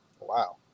Wow